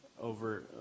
over